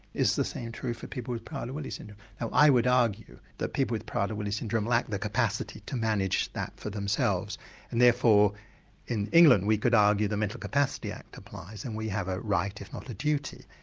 is the same true for people with prader-willi syndrome? now i would argue that people with prader-willi syndrome lack the capacity to manage that for themselves and therefore in england we could argue the mental capacity act applies and we have a right, if not a duty,